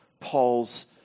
Paul's